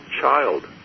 child